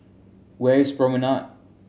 where is Promenade